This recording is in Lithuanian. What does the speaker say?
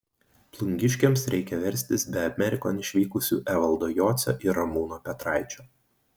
plungiškiams reikia verstis be amerikon išvykusių evaldo jocio ir ramūno petraičio